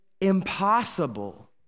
impossible